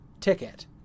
ticket